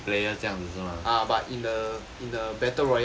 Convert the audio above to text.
ah but in the in the battle royale